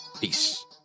Peace